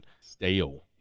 stale